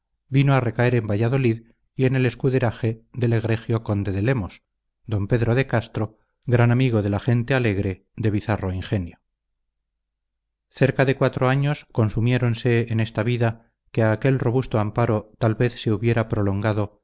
vino a recaer en valladolid y en el escuderaje del egregio conde de lemos don pedro de castro gran amigo de la gente alegre de bizarro ingenio cerca de cuatro años consumiéronse en esta vida que a aquel robusto amparo tal vez se hubiera prolongado